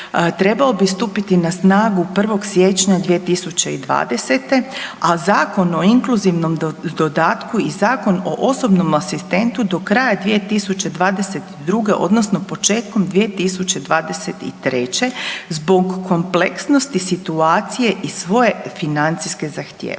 trebao bi stupiti na snagu 1. siječnja 2020., a Zakon o inkluzivnom dodatku i Zakon o osobnom asistentu do kraja 2022. odnosno početkom 2023. zbog kompleksnosti situacije i svoje financijske zahtjevnosti.